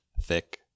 thick